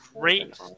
great